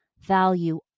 value